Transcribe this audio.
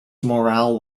morale